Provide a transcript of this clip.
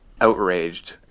outraged